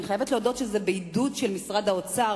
אני חייבת להודות שזה בעידוד של משרד האוצר,